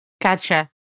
Gotcha